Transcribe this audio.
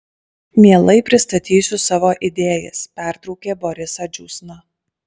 mielai pristatysiu savo idėjas pertraukė borisą džiūsna